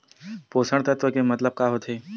पोषक तत्व के मतलब का होथे?